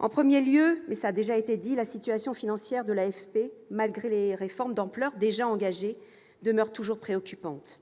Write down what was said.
En premier lieu, la situation financière de l'AFP, malgré les réformes d'ampleur déjà engagées, demeure préoccupante.